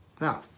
Now